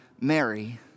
Mary